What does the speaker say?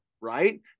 right